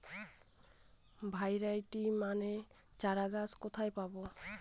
Variety মানের চারাগাছ কোথায় পাবো?